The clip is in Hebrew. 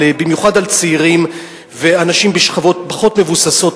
במיוחד על צעירים ואנשים בשכבות פחות מבוססות,